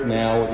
now